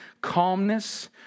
calmness